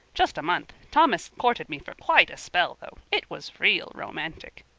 just a month. thomas courted me for quite a spell, though. it was real romantic.